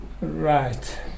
Right